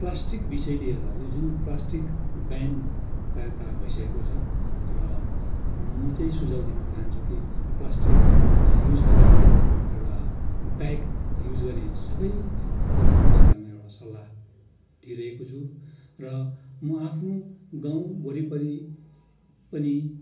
plastic विषय लिएर यो जुन प्लास्टिक ब्यान्ड प्रायः प्रायः भइसकेको छ र म चाहिँ सुझाउ दिन चाहन्छु कि प्लास्टिक युज नगरेर एउटा ब्याग युज गर्ने सबै जनमानसलाई म एउटा सल्लाह दिइरहेको छु र म आफ्नो गाउँ वरिपरि पनि